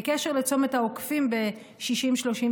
בקשר לצומת העוקפים ב-60/35,